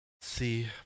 see